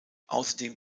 außerdem